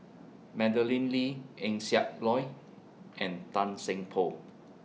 Madeleine Lee Eng Siak Loy and Tan Seng Poh